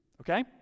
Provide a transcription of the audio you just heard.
Okay